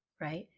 right